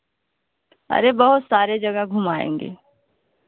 अरे बहुत सारे जगह घुमाएँगे